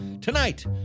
Tonight